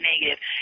negative